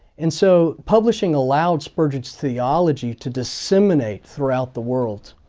and so publishing allowed spurgeon's the ology to disseminate throughout the world.